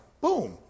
Boom